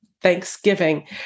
Thanksgiving